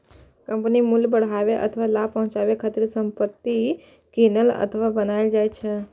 कंपनीक मूल्य बढ़ाबै अथवा लाभ पहुंचाबै खातिर संपत्ति कीनल अथवा बनाएल जाइ छै